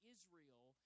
Israel